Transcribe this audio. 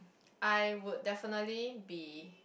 I would definitely be